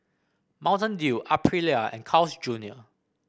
Mountain Dew Aprilia and Carl's Junior